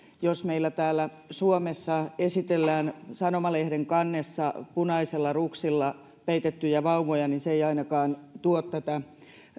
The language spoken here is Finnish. jos meillä täällä suomessa esitellään sanomalehden kannessa punaisella ruksilla peitettyjä vauvoja niin se ei ainakaan tuo tätä